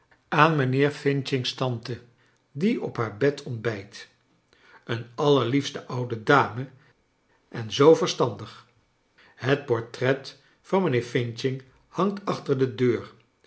aan mijnheer f's tante die op haar bed ontbij t een allerlief ste oude dame en zoo verstandig het portret van mijnheer f hangt achter de deur